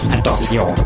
Attention